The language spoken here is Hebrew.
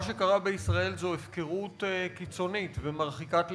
מה שקרה בישראל זו הפקרות קיצונית ומרחיקת לכת.